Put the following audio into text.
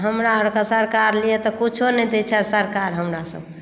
तऽ हमरा आरकेँ लिए तऽ किछो नहि दै छथि सरकार हमरा सभकेँ